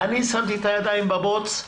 אני שמתי את הידיים בבוץ,